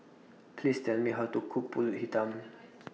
Please Tell Me How to Cook Pulut Hitam